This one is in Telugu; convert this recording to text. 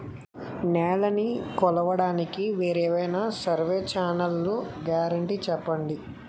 నేలనీ కొలవడానికి వేరైన సర్వే చైన్లు గ్యారంటీ చెప్పండి?